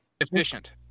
efficient